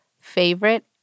favorite